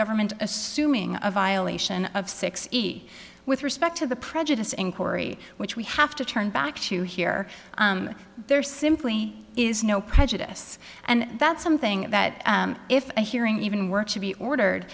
government assuming a violation of six with respect to the prejudice inquiry which we have to turn back to here there simply is no prejudice and that's something that if a hearing even were to be ordered